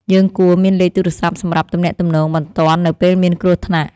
យើងគួរមានលេខទូរស័ព្ទសម្រាប់ទំនាក់ទំនងបន្ទាន់នៅពេលមានគ្រោះថ្នាក់។